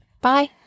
Bye